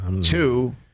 Two